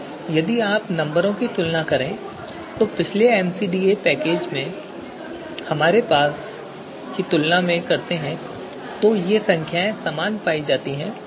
अब यदि आप इन नंबरों की तुलना पिछले एमसीडीए पैकेज में हमारे पास की तुलना में करते हैं तो ये संख्याएं समान पाई जाती हैं